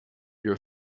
your